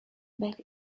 back